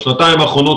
בשנתיים האחרונות,